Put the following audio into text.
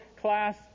class